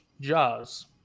Jaws